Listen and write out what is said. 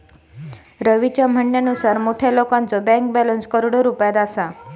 रवीच्या म्हणण्यानुसार मोठ्या लोकांचो बँक बॅलन्स करोडो रुपयात असा